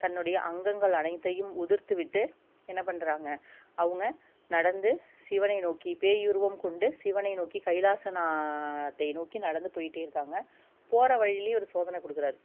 தன்னுடைய அங்கங்கள் அனைத்தையும் உதிர்த்துவிட்டு என்ன பண்ணுறங்க அவங்க நடந்து சிவனை நோக்கி பேயுருவம் கொண்டு சிவனை நோக்கி கைலாசனாத்தை நோக்கி நடந்து போயிகிட்டே இருக்காங்க போற வழியிலையும் ஒரு சோதனை கொடுக்குறாரு